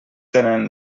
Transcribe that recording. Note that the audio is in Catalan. tenen